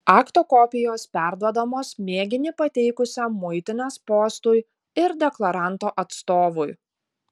akto kopijos perduodamos mėginį pateikusiam muitinės postui ir deklaranto atstovui